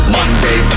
Monday